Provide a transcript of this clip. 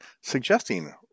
suggesting